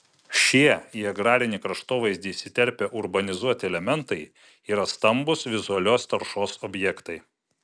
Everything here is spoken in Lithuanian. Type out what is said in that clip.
šie į agrarinį kraštovaizdį įsiterpę urbanizuoti elementai yra stambūs vizualios taršos objektai